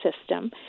system